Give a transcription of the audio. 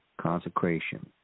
consecration